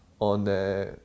on